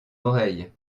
oreille